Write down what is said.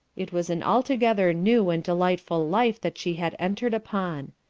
it was an altogether new and delightful life that she had entered upon.